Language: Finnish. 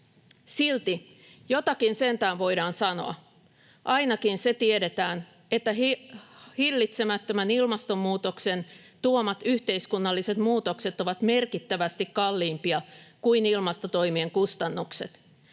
Silti jotakin sentään voidaan sanoa. Ainakin se tiedetään, että hillitsemättömän ilmastonmuutoksen tuomat yhteiskunnalliset muutokset ovat merkittävästi kalliimpia kuin ilmastotoimien kustannukset